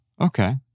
Okay